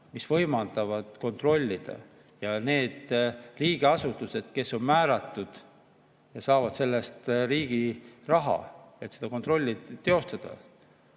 mis võimaldavad kontrollida, ja on olemas riigiasutused, kes on selleks määratud ja saavad selle eest riigi raha, et seda kontrolli teostada,